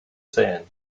sähen